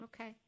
Okay